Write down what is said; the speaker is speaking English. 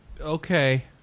Okay